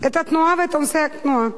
את התנועה ואת עומסי התנועה.